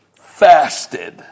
fasted